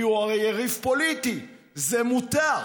כי הוא הרי יריב פוליטי, זה מותר.